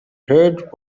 heard